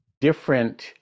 different